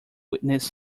witness